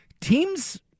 Teams